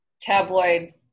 tabloid